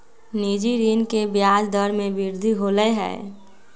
निजी ऋण के ब्याज दर में वृद्धि होलय है